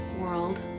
world